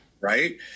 Right